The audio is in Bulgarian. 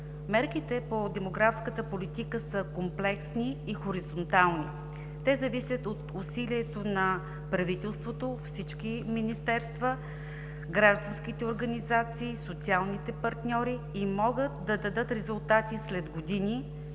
Мерките по демографската политика са комплексни и хоризонтални. Те зависят от усилието на правителството, всички министерства, гражданските организации, социалните партньори и могат да дадат резултати след години,